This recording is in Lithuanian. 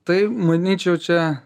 tai manyčiau čia